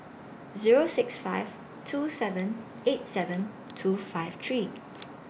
Zero six five two seven eight seven two five three